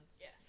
Yes